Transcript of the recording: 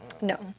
No